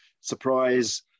surprise